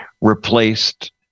replaced